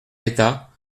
d’état